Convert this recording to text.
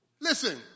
Listen